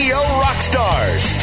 Rockstars